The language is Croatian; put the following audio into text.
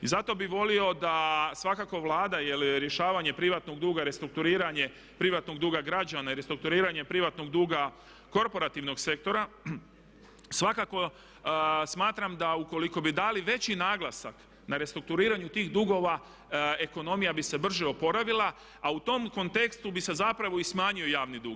I zato bih volio da svakako Vlada jer rješavanje privatnog duga, restrukturiranje privatnog duga građana i restrukturiranje privatnog duga korporativnog sektora svakako smatram da ukoliko bi dali veći naglasak na restrukturiranju tih dugova ekonomija bi se brže oporavila, a u tom kontekstu bi se zapravo i smanjio javni dug.